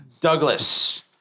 Douglas